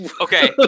Okay